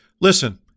Listen